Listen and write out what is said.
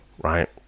right